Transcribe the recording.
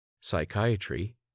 Psychiatry